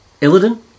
Illidan